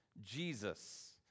Jesus